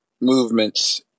movements